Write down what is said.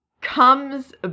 comes